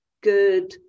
good